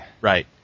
Right